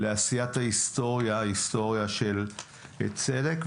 לעשיית ההיסטוריה של צדק,